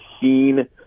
seen